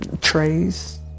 trays